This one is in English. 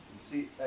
See